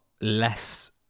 less